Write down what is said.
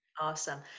awesome